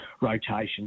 rotation